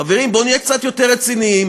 חברים, בואו נהיה קצת יותר רציניים.